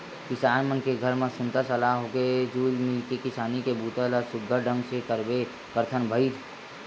किसान मन के घर म सुनता सलाह होके जुल मिल के किसानी के बूता ल सुग्घर ढंग ले करबे करथन भईर